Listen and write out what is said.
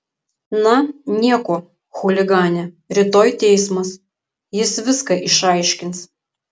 na nieko chuligane rytoj teismas jis viską išaiškins